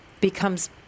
becomes